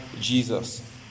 Jesus